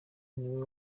niwe